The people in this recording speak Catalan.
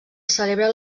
celebren